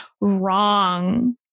wrong